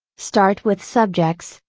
start with subjects,